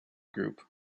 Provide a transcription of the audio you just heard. group